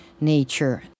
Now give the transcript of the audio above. nature